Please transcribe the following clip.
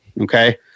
Okay